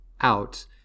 out